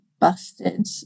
Busted